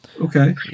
okay